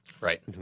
Right